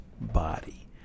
body